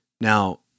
Now